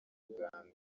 muganga